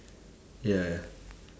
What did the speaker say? ya ya